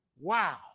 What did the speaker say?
Wow